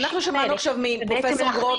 אנחנו שמענו עכשיו מפרופסור גרוטו